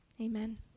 Amen